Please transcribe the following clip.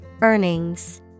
Earnings